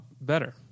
better